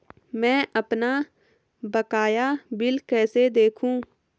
मैं अपना बकाया बिल कैसे देखूं?